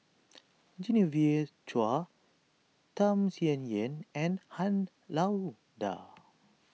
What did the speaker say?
Genevieve Chua Tham Sien Yen and Han Lao Da